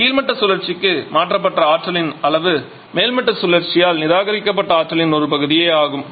கீழ்மட்ட சுழற்சிக்கு மாற்றப்பட்ட ஆற்றலின் அளவு மேல்மட்ட சுழற்சியால் நிராகரிக்கப்பட்ட ஆற்றலின் ஒரு பகுதியே ஆகும்